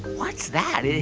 what's that?